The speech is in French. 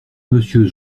monsieur